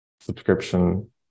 subscription